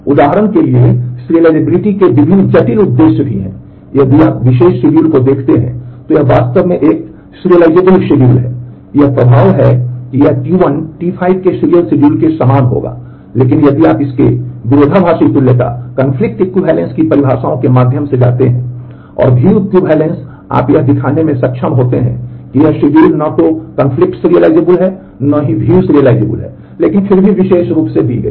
उदाहरण के लिए सीरीज़ैबिलिटी के विभिन्न जटिल उद्देश्य भी हैं यदि आप इस विशेष शेड्यूल को देखते हैं तो यह वास्तव में एक क्रमिक न तो विरोधाभासी conflict serializable और न ही view serializable है लेकिन फिर भी विशेष रूप से दी गई है